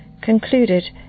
concluded